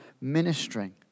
ministering